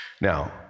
Now